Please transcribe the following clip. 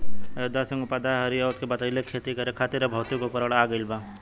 अयोध्या सिंह उपाध्याय हरिऔध के बतइले कि खेती करे खातिर अब भौतिक उपकरण आ गइल बा